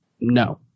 No